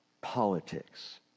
politics